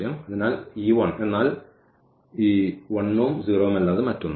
അതിനാൽ എന്നാൽ ഈ 1 ഉം 0 ഉം അല്ലാതെ മറ്റൊന്നുമല്ല